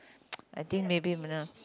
I think maybe